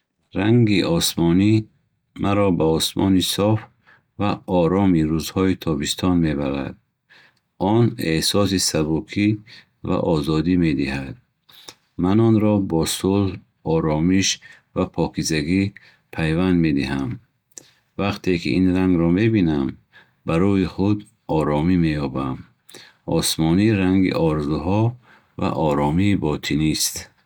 Ранги осмонӣ маро ба осмони соф ва ороми рӯзҳои тобистон мебарад. Он эҳсоси сабукӣ ва озодӣ медиҳад. Ман онро бо сулҳ, оромиш ва покизагӣ пайванд медиҳам. Вақте ки ин рангро мебинам, ба рӯҳи худ оромӣ меёбам. Осмонӣ ранги орзуҳо ва оромии ботинист.